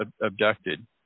abducted